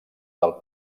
del